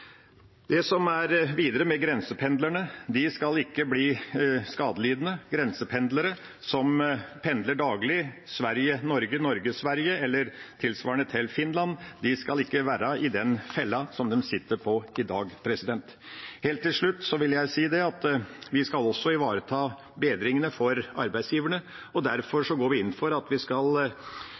Videre skal grensependlerne ikke bli skadelidende. Grensependlere som pendler daglig Sverige–Norge/Norge–Sverige, eller tilsvarende til Finland, skal ikke være i den fella som de sitter i i dag. Til slutt vil jeg si at vi skal også ivareta bedringer for arbeidsgiverne, og derfor går vi inn for at regjeringa umiddelbart skal